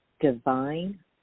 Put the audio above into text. divine